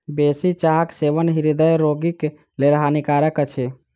बेसी चाहक सेवन हृदय रोगीक लेल हानिकारक अछि